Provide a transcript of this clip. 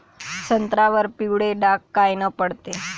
संत्र्यावर पिवळे डाग कायनं पडते?